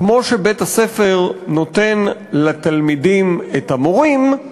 כמו שבית-הספר נותן לתלמידים את המורים,